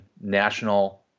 national